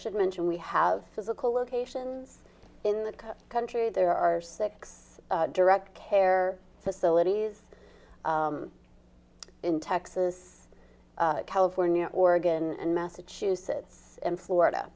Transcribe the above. should mention we have physical locations in the country there are six direct care facilities in texas california oregon and massachusetts in florida